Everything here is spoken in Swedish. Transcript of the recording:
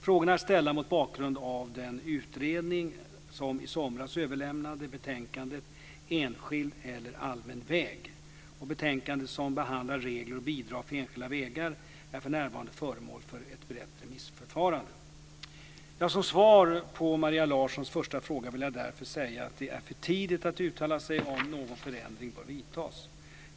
Frågorna är ställda mot bakgrund av den utredning som i somras överlämnade betänkandet Enskild eller allmän väg? . Betänkandet, som behandlar regler och bidrag för enskilda vägar, är för närvarande föremål för ett brett remissförfarande. Som svar på Maria Larssons första fråga vill jag därför säga att det är för tidigt att uttala sig om någon förändring bör vidtas.